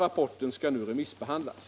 Rapporten skall nu remissbehandlas.